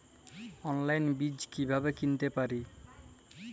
অনলাইনে বীজ কীভাবে কিনতে পারি?